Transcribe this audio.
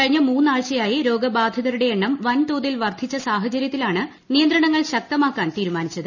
കഴിഞ്ഞ മൂന്ന് ആഴ്ചയായി രോഗബാധിതരുടെ എണ്ണം വൻ തോതിൽ വർദ്ധിച്ച സാഹചര്യത്തിലാണ് നിയന്ത്രണങ്ങൾ ശക്തമാക്കാൻ തീരുമാനിച്ചത്